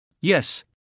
Yes